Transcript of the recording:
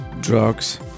drugs